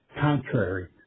contrary